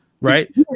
Right